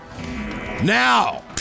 Now